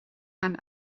and